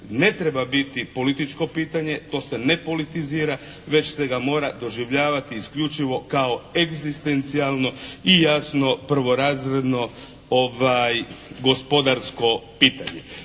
ne treba biti političko pitanje, to se ne politizira, već se ga mora doživljavati isključivo kao egzistencijalno i jasno prvorazredno gospodarsko pitanje.